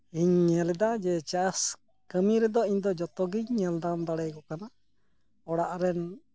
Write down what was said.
ᱤᱧ ᱧᱮᱞ ᱮᱫᱟ ᱡᱮ ᱪᱟᱥ ᱠᱟᱹᱢᱤ ᱨᱮᱫᱚ ᱤᱧ ᱫᱚ ᱡᱚᱛᱚ ᱜᱤᱧ ᱧᱮᱞ ᱫᱟᱨᱟᱢ ᱫᱟᱲᱮᱭᱟᱠᱚ ᱠᱟᱱᱟ ᱚᱲᱟᱜ ᱨᱮᱱ